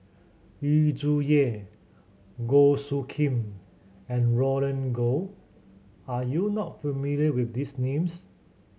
Yu Zhuye Goh Soo Khim and Roland Goh are you not familiar with these names